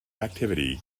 activity